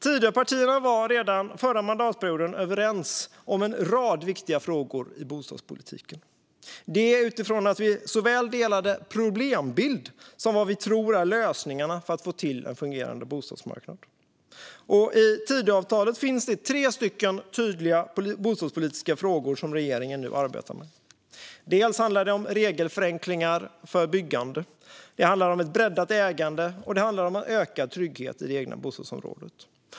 Tidöpartierna var redan förra mandatperioden överens om en rad viktiga frågor i bostadspolitiken, detta utifrån att vi delade såväl problembild som vad vi tror är lösningarna för att få en fungerande bostadsmarknad. I Tidöavtalet finns i dag tre tydliga bostadspolitiska frågor som regeringen nu arbetar med. Det handlar om regelförenklingar för byggande. Det handlar om ett breddat ägande, och det handlar om ökad trygghet i det egna bostadsområdet.